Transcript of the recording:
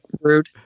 rude